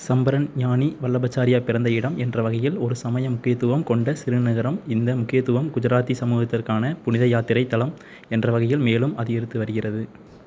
சம்பரன் ஞானி வல்லபாச்சாரியா பிறந்த இடம் என்ற வகையில் ஒரு சமயம் முக்கியத்துவம் கொண்ட சிறு நகரம் இந்த முக்கியத்துவம் குஜராத்தி சமூகத்திற்கான புனித யாத்திரைத் தலம் என்ற வகையில் மேலும் அதிகரித்து வருகிறது